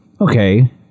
okay